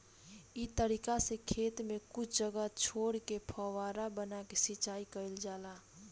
इ तरीका से खेत में कुछ जगह छोर के फौवारा बना के सिंचाई कईल जाला